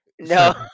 No